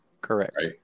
Correct